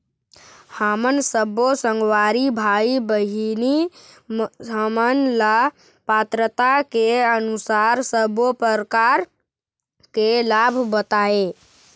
हमन सब्बो संगवारी भाई बहिनी हमन ला पात्रता के अनुसार सब्बो प्रकार के लाभ बताए?